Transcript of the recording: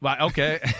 Okay